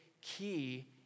key